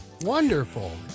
wonderful